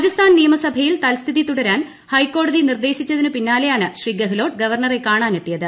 രാജസ്ഥാൻ നിയമസഭയിൽ തൽസ്ഥിതി തുടരാൻ ഐപ്പറ്ക്കോടതി നിർദ്ദേശിച്ചതിനു പിന്നാലെയാണ് ഗെഹ്ലോട്ട് ഗവർണറെ കാണാനെത്തിയത്